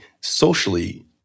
socially